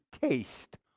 taste